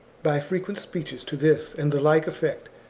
by frequent speeches to this and the like effect,